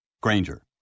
Granger